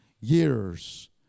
years